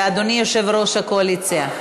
ואדוני יושב-ראש הקואליציה,